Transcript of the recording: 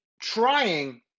trying